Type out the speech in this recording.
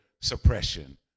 suppression